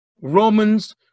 Romans